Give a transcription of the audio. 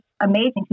amazing